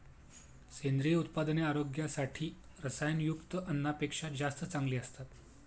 सेंद्रिय उत्पादने आरोग्यासाठी रसायनयुक्त अन्नापेक्षा जास्त चांगली असतात